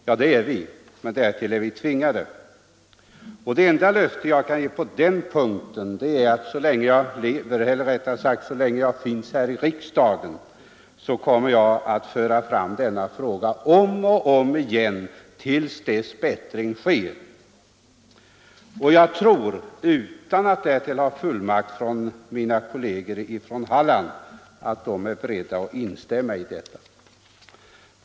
Ja, det är vi, men därtill är vi tvingade. Och det enda löfte jag kan ge på den punkten är att så länge jag lever —- eller rättare sagt, så länge jag finns här i riksdagen - kommer jag att föra fram denna fråga om och om igen till dess bättring sker. Jag tror, utan att därtill ha fullmakt från mina kolleger från Halland, att de är beredda att instämma i detta.